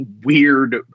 weird